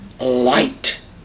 light